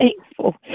thankful